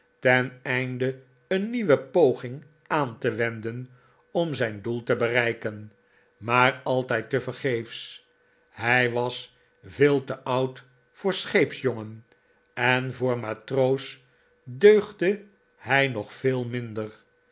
was teneinde een nieuwe poging aan te wenden om zijn doel te bereiken maar altijd tevergeefs hij was veel te oud voor scheepsjongen en voor matroos deugde hij nog veel minder